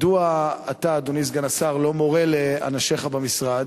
מדוע אתה, אדוני סגן השר, לא מורה לאנשיך במשרד